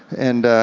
and